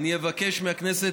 גם מהריחות,